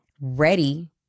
ready